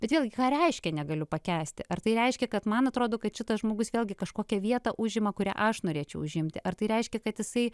bet vėlgi ką reiškia negaliu pakęsti ar tai reiškia kad man atrodo kad šitas žmogus vėlgi kažkokią vietą užima kurią aš norėčiau užimti ar tai reiškia kad jisai